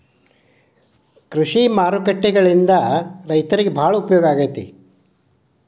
ಕೃಷಿ ಮಾರುಕಟ್ಟೆಗಳಿಂದ ರೈತರಿಗೆ ಬಾಳ ಉಪಯೋಗ ಆಗೆತಿ